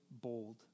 bold